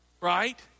Right